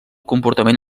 comportament